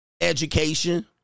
Education